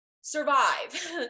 survive